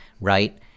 right